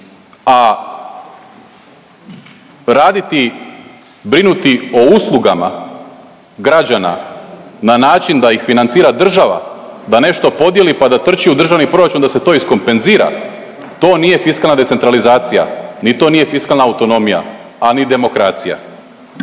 a raditi brinuti o uslugama građana na način da ih financira država. Da nešto podijeli pa da trči u državni proračun da se to iskompenzira, to nije fiskalna decentralizacija, to nije fiskalna autonomija, a ni demokracija.